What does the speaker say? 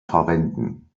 verwenden